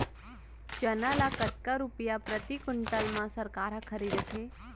चना ल कतका रुपिया प्रति क्विंटल म सरकार ह खरीदथे?